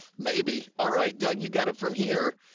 maybe. all right. doug, you got it from here.